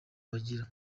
bagira